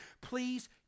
please